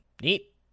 Neat